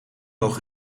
nog